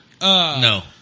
No